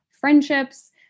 friendships